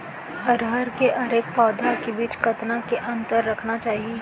अरहर के हरेक पौधा के बीच कतना के अंतर रखना चाही?